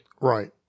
Right